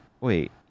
Wait